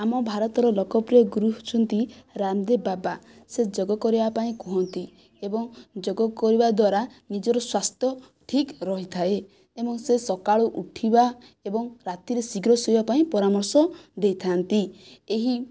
ଆମ ଭାରତର ଲୋକପ୍ରିୟ ଗୁରୁ ହେଉଛନ୍ତି ରାମଦେବ ବାବା ସେ ଯୋଗ କରିବା ପାଇଁ କହନ୍ତି ଏବଂ ଯୋଗ କରିବା ଦ୍ୱାରା ନିଜର ସ୍ଵାସ୍ଥ୍ୟ ଠିକ୍ ରହିଥାଏ ଏବଂ ସେ ସକାଳୁ ଉଠିବା ଏବଂ ରାତିରେ ଶୀଘ୍ର ଶୋଇବା ପାଇଁ ପରାମର୍ଶ ଦେଇଥାନ୍ତି ଏହି